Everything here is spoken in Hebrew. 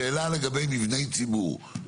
שאלה לגבי מבני ציבור.